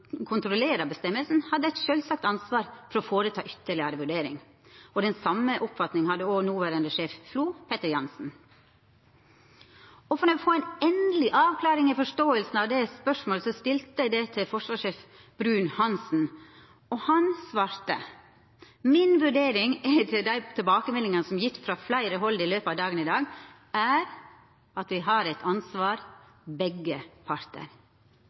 kontrollerer regelen, hadde eit sjølvsagt ansvar for å gjera ei ytterlegare vurdering. Den same oppfatninga hadde òg noverande sjef FLO, Petter Jansen. For å få ei endeleg avklaring av forståinga av spørsmålet stilte eg det til forsvarssjef Bruun-Hanssen, og han svarte: «Min vurdering etter de tilbakemeldingene som er gitt fra flere hold i løpet av dagen i dag, er at vi har et ansvar, begge parter.